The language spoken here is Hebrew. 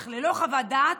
אך ללא חוות דעת,